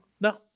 No